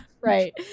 Right